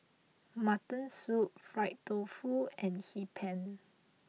Mutton Soup Fried Tofu and Hee Pan